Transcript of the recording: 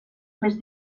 més